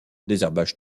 désherbage